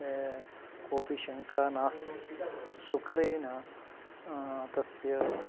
कोपि शङ्खा नास्ति सुकरेण तस्य